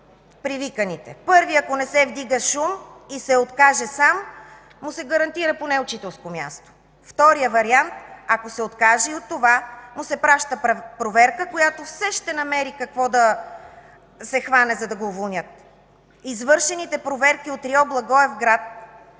привиканите. Първият, ако не се вдига шум и се откаже сам – гарантира му се поне учителско място. Вторият вариант, ако се откаже и от това, праща му се проверка, която все ще намери за какво да се хване, за да го уволнят. Извършените проверки от РИО – Благоевград